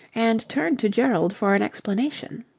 and turned to gerald for an explanation.